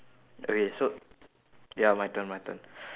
okay so ya my turn my turn